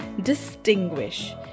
distinguish